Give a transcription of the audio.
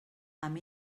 amb